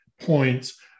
points